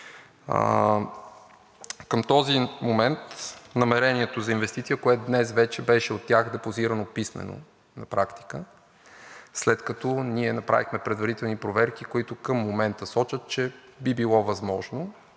Към този момент намерението за инвестиция, което днес вече беше от тях депозирано писмено на практика, след като ние направихме предварителни проверки, които към момента сочат, че би било възможно,